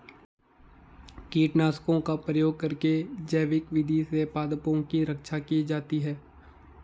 कीटनाशकों का प्रयोग करके जैविक विधि से पादपों की रक्षा की जाती है